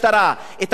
הברוטליות,